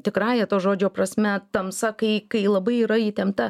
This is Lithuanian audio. tikrąja to žodžio prasme tamsa kai kai labai yra įtempta